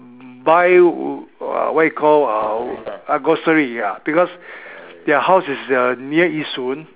buy uh what you call uh ah grocery ya because their house is uh near Yishun